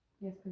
Yes